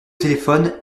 téléphone